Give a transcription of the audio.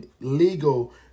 legal